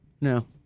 No